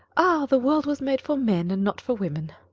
ah! the world was made for men and not for women.